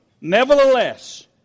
Nevertheless